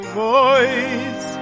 boys